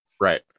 right